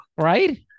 Right